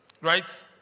Right